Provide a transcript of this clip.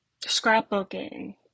scrapbooking